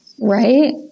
right